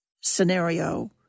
scenario